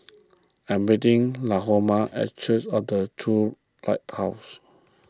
I am meeting Lahoma at Church of the True Light House